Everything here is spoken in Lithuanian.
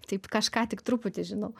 taip kažką tik truputį žinau